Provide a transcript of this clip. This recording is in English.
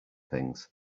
things